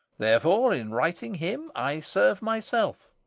therefore in righting him i serve myself.